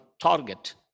target